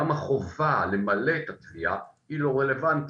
גם החובה למלא את התביעה היא לא רלוונטית.